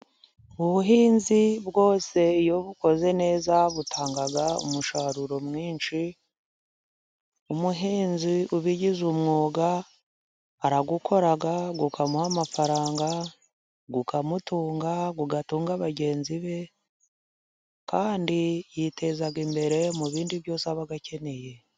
Ubuhinzi bwose iyo ubukoze neza butanga umusaruro mwinshi, umuhinzi ubigize umwuga arawukora ukamuha amafaranga, ukamutunga ,ugatunga bagenzi be kandi yiteza imbere mu bindi byose aba akeneye.